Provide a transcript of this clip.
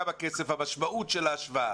כמה כסף המשמעות של ההשוואה?